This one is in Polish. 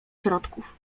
środków